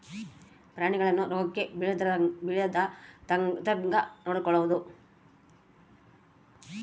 ಪ್ರಾಣಿಗಳನ್ನ ರೋಗಕ್ಕ ಬಿಳಾರ್ದಂಗ ನೊಡಕೊಳದು